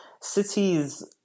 cities